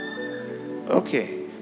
Okay